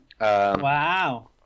Wow